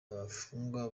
abafungwa